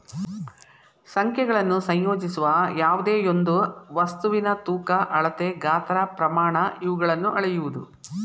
ಸಂಖ್ಯೆಗಳನ್ನು ಸಂಯೋಜಿಸುವ ಯಾವ್ದೆಯೊಂದು ವಸ್ತುವಿನ ತೂಕ ಅಳತೆ ಗಾತ್ರ ಪ್ರಮಾಣ ಇವುಗಳನ್ನು ಅಳೆಯುವುದು